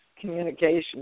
communication